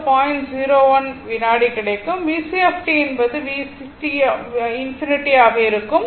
1 வினாடி கிடைக்கும் VC என்பது VCt∞ ஆக இருக்கும்